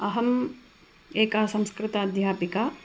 अहम् एका संस्कृताध्यापिका